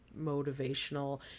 motivational